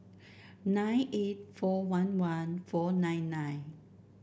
nine eight four one one four nine nine